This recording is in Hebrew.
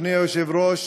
אדוני היושב-ראש,